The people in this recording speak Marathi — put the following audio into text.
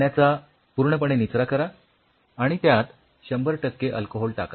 पाण्याचा पूर्णपणे निचरा करा आणि आणि त्यात १०० टक्के अल्कोहोल टाका